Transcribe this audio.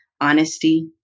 honesty